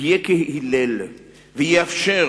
יהיה כהלל ויאפשר,